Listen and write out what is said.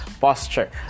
posture